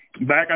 Back